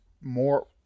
more